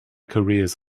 careers